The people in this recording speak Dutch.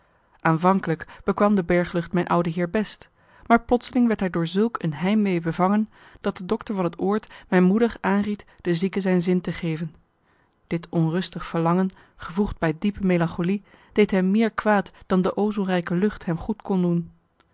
aanvankelijk bekwam de berglucht mijn oude heer marcellus emants een nagelaten bekentenis best maar plotseling werd hij door zulk een heimwee bevangen dat de dokter van het oord mijn moeder aanried de zieke zijn zin te geven dit onrustig verlangen gevoegd bij diepe melancholie deed hem meer kwaad dan de ozonrijke lucht hem goed kon doen